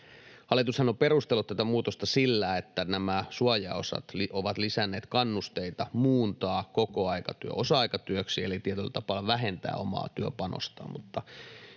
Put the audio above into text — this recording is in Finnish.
Hallitushan on perustellut tätä muutosta sillä, että nämä suojaosat ovat lisänneet kannusteita muuntaa kokoaikatyö osa-aikatyöksi eli tietyllä tapaa vähentää omaa työpanostaan,